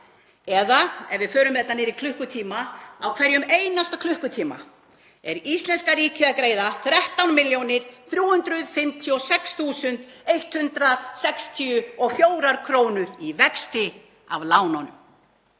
eða ef við förum með þetta niður í klukkutíma: Á hverjum einasta klukkutíma er íslenska ríkið að greiða 13.356.164 kr. í vexti af lánunum